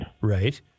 Right